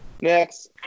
Next